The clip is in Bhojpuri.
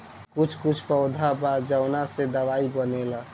कुछ कुछ पौधा बा जावना से दवाई बनेला